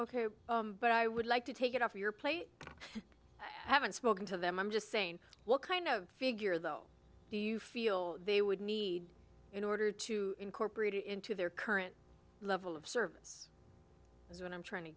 ok but i would like to take it off your plate i haven't spoken to them i'm just saying what kind of figure though do you feel they would need in order to incorporate it into their current level of service is what i'm trying to